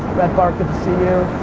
mark, good to see you.